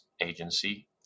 Agency